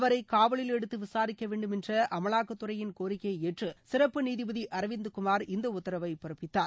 அவரை காவலில் எடுத்து விசாரிக்க வேண்டும் என்ற அமலாக்கத்துறையிள் கோரிக்கையை ஏற்று சிறப்பு நீதிபதி அரவிந்த்குமார் இந்த உத்தரவை பிறப்பித்தார்